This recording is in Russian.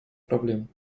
проблем